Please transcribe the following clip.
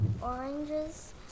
oranges